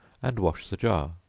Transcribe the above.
and wash the jar,